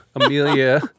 Amelia